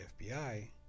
FBI –